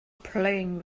playing